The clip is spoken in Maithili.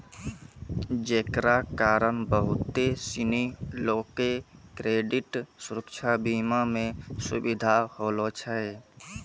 जेकरा कारण बहुते सिनी लोको के क्रेडिट सुरक्षा बीमा मे सुविधा होलो छै